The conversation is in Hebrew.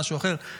משהו אחר,